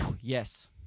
Yes